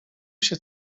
się